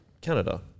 Canada